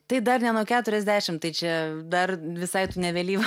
tai dar ne nuo keturiasdešim tai čia dar visai tu ne vėlyva